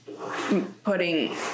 putting